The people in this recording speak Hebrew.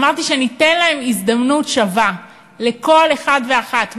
אמרתי שניתן להם הזדמנות שווה, לכל אחד ואחת.